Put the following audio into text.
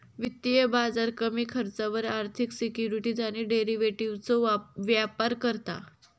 वित्तीय बाजार कमी खर्चावर आर्थिक सिक्युरिटीज आणि डेरिव्हेटिवजचो व्यापार करता